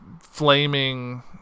flaming